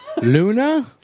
Luna